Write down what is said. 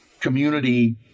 community